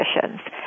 conditions